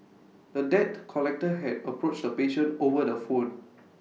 the debt collector had approached the patient over the phone